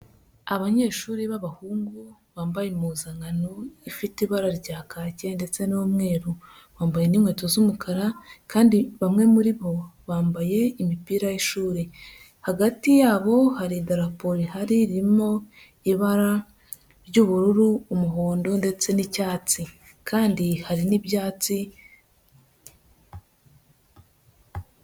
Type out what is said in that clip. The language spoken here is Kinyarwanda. Abanyeshuri b'abahungu bambaye impuzankano ifite ibara rya kake ndetse n'umweru, bambaye n'inkweto z'umukara kandi bamwe muri bo bambaye imipira y'ishuri, hagati yabo hari idarapo rihari ririmo ibara ry'ubururu, umuhondo ndetse n'icyatsi kandi hari n'ibyatsi.